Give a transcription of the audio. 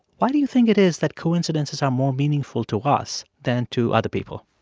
why do you think it is that coincidences are more meaningful to us than to other people?